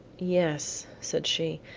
yes, said she,